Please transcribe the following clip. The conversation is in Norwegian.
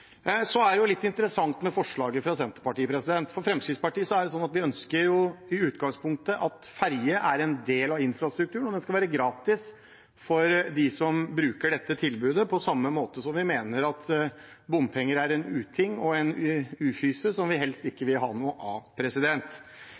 Så er det jo litt interessant med forslaget fra Senterpartiet. Fremskrittspartiet ønsker i utgangspunktet at ferje som en del av infrastrukturen skal være gratis for dem som bruker dette tilbudet, på samme måte som vi mener at bompenger er en uting og en ufyse som vi helst ikke